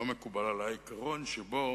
לא מקובל עלי עיקרון שבו